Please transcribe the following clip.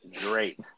Great